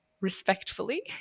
Respectfully